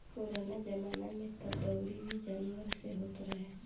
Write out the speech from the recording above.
पुरनका जमाना में तअ दवरी भी जानवर से होत रहे